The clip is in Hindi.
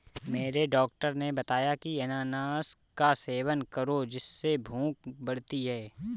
मेरे डॉक्टर ने बताया की अनानास का सेवन करो जिससे भूख बढ़ती है